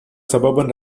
suburban